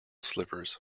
slippers